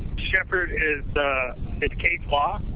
shepard is it's case law.